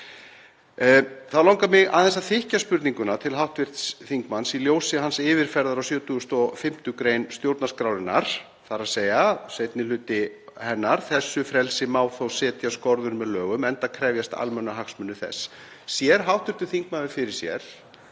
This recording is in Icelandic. Þá langar mig aðeins að þykkja spurninguna til hv. þingmanns, í ljósi hans yfirferðar á 75. gr. stjórnarskrárinnar, þ.e. seinni hluti hennar: „Þessu frelsi má þó setja skorður með lögum, enda krefjist almannahagsmunir þess.“ Sér hv. þingmaður fyrir sér,